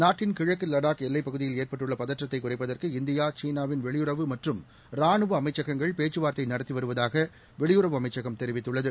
நாட்டின் கிழக்கு லடாக் எல்லைப் பகுதியில் ஏற்பட்டுள்ள பதற்றத்தைக் குறைப்பதற்கு இந்தியா சீனாவின் வெளியுறவு மற்றும் ரானுவ அமைச்சகங்கள் பேச்சு வார்த்தை நடத்தி வருவதாக வெளியுறவு அமைச்சகம் தெரிவித்துள்ளது